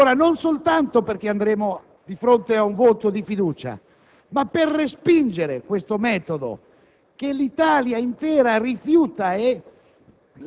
Non soltanto perché si dovrà poi procedere ad un voto di fiducia, ma per respingere questo metodo che l'Italia intera rifiuta e